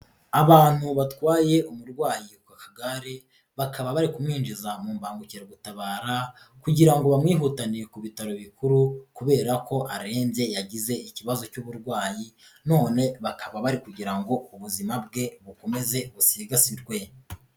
Abantu batwaye umurwayi ku kagare, bakaba bari kumwinjiza mu mbangukiragutabara kugira ngo bamwihutane ku bitaro bikuru kubera ko arembye, yagize ikibazo cy'uburwayi none bakaba bari kugira ngo ubuzima bwe bukomeze busigasirwe.